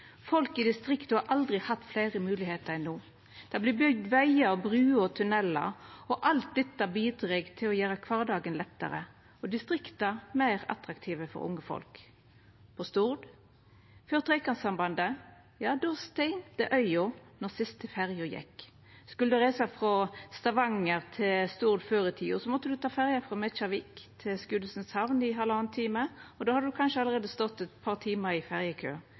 Folk i distrikta har aldri hatt fleire moglegheiter enn no. Det vert bygd vegar, bruer og tunnelar. Alt dette bidreg til å gjera kvardagen lettare og distrikta meir attraktive for unge folk. På Stord, før Trekantsambandet, stengde øya då den siste ferja gjekk. Skulle du reisa frå Stavanger til Stord før i tida, måtte du ta ferje frå Mekjarvik til Skudenes i halvannan time. Då hadde du kanskje allereie stått eit par timar i